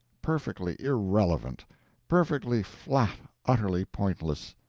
perfectly irrelevant perfectly flat utterly pointless.